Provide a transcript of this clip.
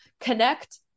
connect